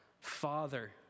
Father